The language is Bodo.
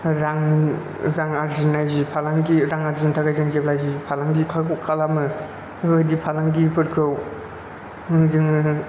रांनि रां आरजिनाय जि फालांगि रां आरजिनो थाखाय जों जेब्ला जि फालांगि खालाम खालामो बेबायदि फालांगिफोरखौ जोङो